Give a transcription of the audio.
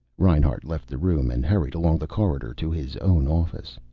reinhart left the room and hurried along the corridor to his own office.